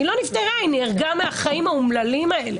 היא לא נפתרה, היא נהרגה מהחיים האומללים האלה.